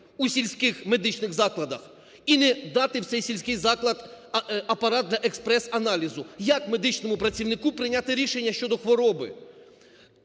у сільських медичних закладах, і не дати в цей сільський заклад апарат для експрес-аналізу. Як медичному працівнику прийняти рішення щодо хвороби?